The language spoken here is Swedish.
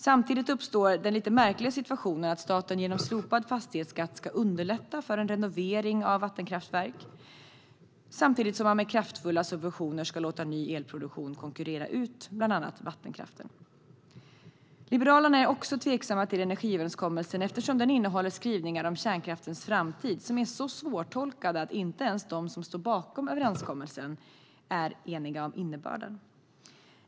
Nu uppstår den lite märkliga situationen att staten genom slopad fastighetsskatt ska underlätta en renovering av vattenkraftverk, samtidigt som man med hjälp av kraftfulla subventioner ska låta ny elproduktion konkurrera ut bland annat vattenkraften. Liberalerna är också tveksamma till energiöverenskommelsen eftersom den innehåller skrivningar om kärnkraftens framtid som är så svårtolkade att inte ens de som står bakom överenskommelsen är eniga om innebörden.